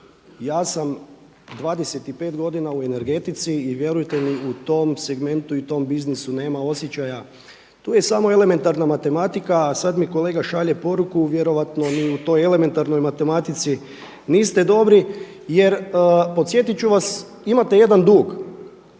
ja sam 25 godina u energetici i vjerujte mi u tom segmentu i u tom biznisu nema osjećaja. Tu je samo elementarna matematika, a sad mi kolega šalje poruku, vjerojatno ni u toj elementarnoj matematici niste dobri. Jer podsjetit ću vas imate jedan dug.